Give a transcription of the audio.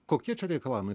kokie čia reikalavimai